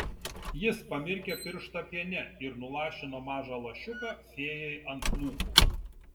jis pamirkė pirštą piene ir nulašino mažą lašiuką fėjai ant lūpų